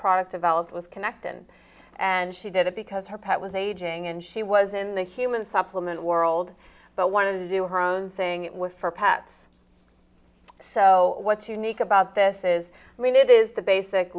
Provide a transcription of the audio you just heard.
product developed was connected and she did it because her pet was aging and she was in the human supplement world but want to do her own thing it was for pets so what's unique about this is i mean it is the basic